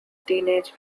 teenage